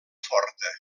forta